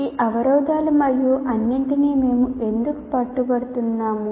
ఈ అవరోధాలు మరియు అన్నింటికీ మేము ఎందుకు పట్టుబడుతున్నాము